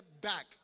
back